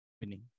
winning